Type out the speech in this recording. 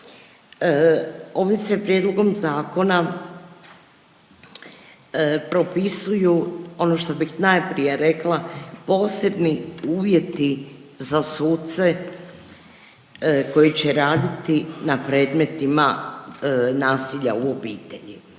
Ovim se Prijedlogom zakona propisuju, ono što bih najprije rekla, posebni uvjeti za suce koji će raditi na predmetima nasilja u obitelji,